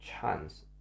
chance